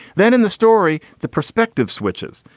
then in the story, the perspective switches.